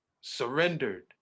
surrendered